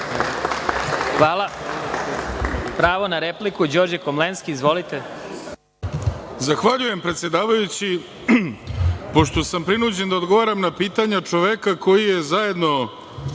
Hvala. Pravo na repliku, Đorđe Komlenski. Izvolite.